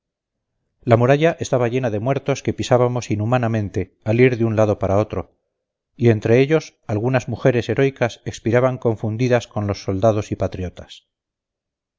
la muralla estaba llena de muertos que pisábamos inhumanamente al ir de un lado para otro y entre ellos algunas mujeres heroicas expiraban confundidas con los soldados y patriotas